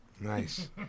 Nice